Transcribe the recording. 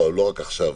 לא, לא רק עכשיו.